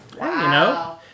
Wow